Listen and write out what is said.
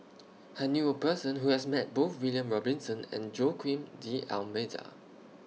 I knew A Person Who has Met Both William Robinson and Joaquim D'almeida